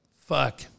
Fuck